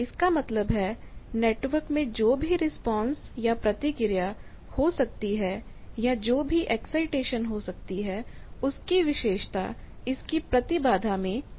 इसका मतलब है नेटवर्क में जो भी रिस्पांसप्रतिक्रिया हो सकती है या जो भी एक्साईटेशन हो सकती है उसकी विशेषता इसकी प्रतिबाधा में इनबिल्ट है